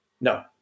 no